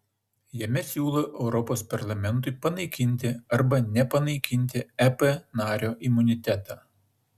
jame siūlo europos parlamentui panaikinti arba nepanaikinti ep nario imunitetą